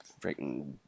freaking